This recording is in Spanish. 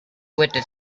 cohete